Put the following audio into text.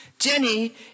Jenny